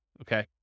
okay